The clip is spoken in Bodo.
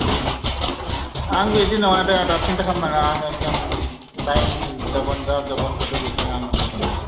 ओ आं बिदि नङा दे आदा सिन्था खाम नाङा आं एखदम टाइम हिसाब जा जबान होदो बेखोनो आङो होगोन दे